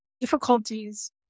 difficulties